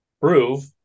prove